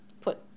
put